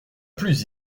plus